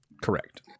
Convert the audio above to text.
Correct